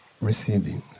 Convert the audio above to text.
receiving